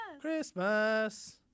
Christmas